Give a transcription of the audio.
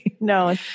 no